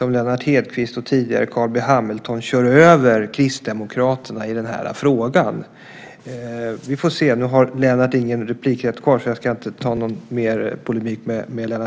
varmed Lennart Hedquist och, tidigare, Carl B Hamilton kör över Kristdemokraterna i den här frågan. Vi får väl se hur det där blir. Nu har Lennart Hedquist inte rätt till ytterligare inlägg, så jag ska inte polemisera mer med honom.